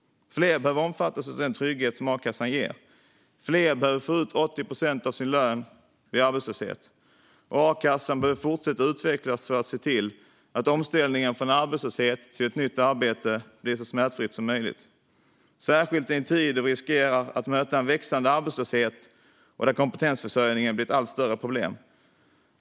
Fler behöver omfattas av den trygghet som a-kassan ger. Fler behöver få ut 80 procent av sin lön vid arbetslöshet. Och a-kassan behöver fortsätta utvecklas så att omställningen från arbetslöshet till ett nytt arbete blir så smärtfri som möjligt, särskilt i en tid då vi riskerar att möta en växande arbetslöshet och där kompetensförsörjningen blir ett allt större problem.